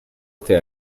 este